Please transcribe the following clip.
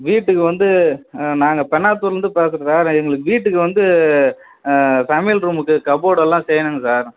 வீட்டுக்கு வந்து நாங்கள் பெண்ணாத்தூர்லருந்து பேசுகிறோம் சார் எங்களுக்கு வீட்டுக்கு வந்து சமையல் ரூமுக்கு கப்போர்டெல்லாம் செய்யணுங்க சார்